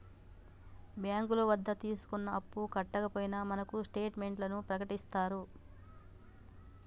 బ్యాంకుల వద్ద తీసుకున్న అప్పు కట్టకపోయినా మనకు స్టేట్ మెంట్లను ప్రకటిత్తారు